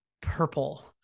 purple